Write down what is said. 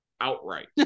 Outright